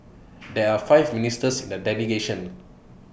there are five ministers in the delegation